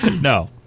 No